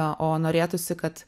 o norėtųsi kad